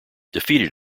defeated